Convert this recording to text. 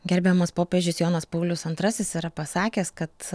gerbiamas popiežius jonas paulius antrasis yra pasakęs kad